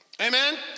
Amen